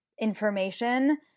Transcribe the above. information